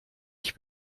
ich